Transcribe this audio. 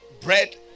bread